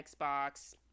xbox